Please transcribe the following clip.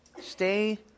Stay